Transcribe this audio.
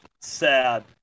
sad